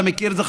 אתה מכיר את זה,